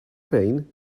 pain